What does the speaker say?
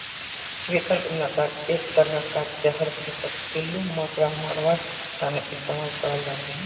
कृंतक नाशक एक तरह कार जहर खेतत पिल्लू मांकड़ मरवार तने इस्तेमाल कराल जाछेक